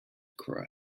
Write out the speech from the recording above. croix